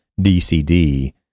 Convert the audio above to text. DCD